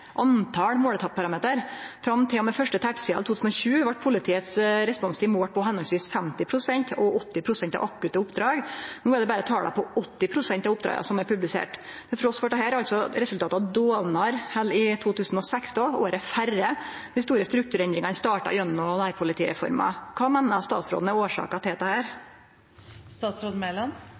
Fram til og med første tertial 2020 vart politiets responstid målt på høvesvis 50 pst. og 80 pst. av akutte oppdrag. No er det berre tala på 80 pst. av oppdraga som er publiserte. Trass i dette er altså resultata dårlegare enn i 2016, året før dei store strukturendringane starta gjennom nærpolitireforma. Kva meiner statsråden er årsaka til dette?